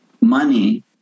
money